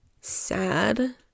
sad